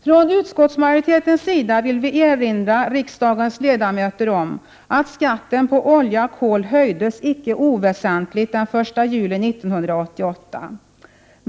Från utskottsmajoritetens sida vill vi erinra riksdagens ledamöter om att skatten på olja och kol höjdes icke oväsentligt den 1 juli 1988.